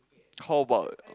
how about